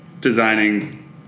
designing